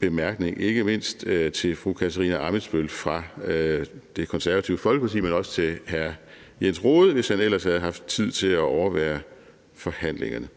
bemærkning, ikke mindst til fru Katarina Ammitzbøll fra Det Konservative Folkeparti, men også til hr. Jens Rohde, hvis han ellers havde haft tid til at overvære forhandlingerne.